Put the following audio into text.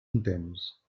intens